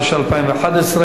התשע"א 2011,